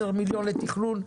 10 מיליון לתכנון?